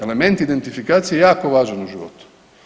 Element identifikacije je jako važan u životu.